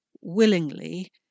Willingly